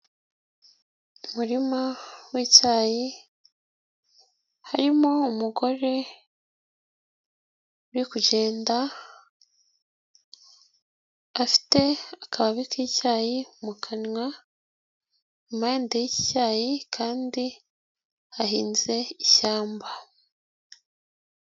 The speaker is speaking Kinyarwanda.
Umurima w'icyayi harimo umugore uri kugenda afite akababi k'icyayi mu kanwa, impande y'icyayi kandi hahinze ishyamba.